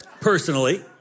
Personally